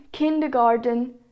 Kindergarten